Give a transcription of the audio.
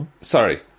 sorry